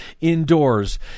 indoors